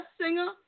singer